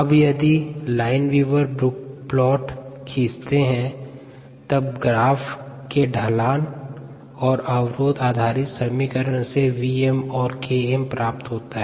अब यदि Lineweaver Burk plot खींचते हैं तब ग्राफ के ढलान और अवरोध आधारित समीकरण से Vm और Km प्राप्त होता है